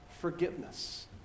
forgiveness